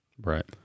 Right